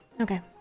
okay